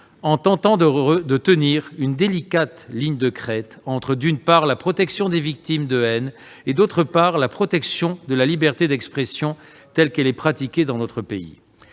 en tentant de tenir une délicate ligne de crête entre, d'une part, la protection des victimes de haine et, d'autre part, la protection de la liberté d'expression, telle qu'elle est assurée dans notre pays.